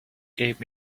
gave